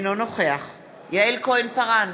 אינו נוכח יעל כהן-פארן,